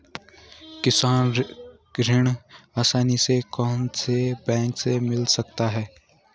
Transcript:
किसान ऋण आसानी से कौनसे बैंक से मिल सकता है?